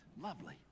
Lovely